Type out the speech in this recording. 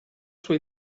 sua